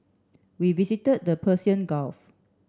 we visited the Persian Gulf